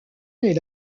est